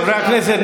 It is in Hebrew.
חברי הכנסת,